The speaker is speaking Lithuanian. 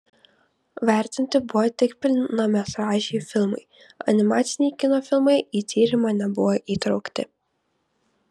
vertinti buvo tik pilnametražiai filmai animaciniai kino filmai į tyrimą nebuvo įtraukti